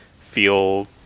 feel